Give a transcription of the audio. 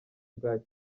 bwaki